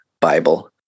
Bible